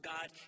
God